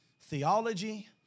Theology